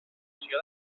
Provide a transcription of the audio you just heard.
posició